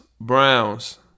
Browns